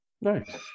Nice